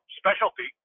specialty